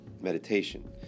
meditation